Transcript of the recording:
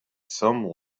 some